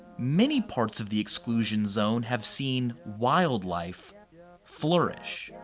many parts of the exclusion zone have seen wildlife yeah flourish,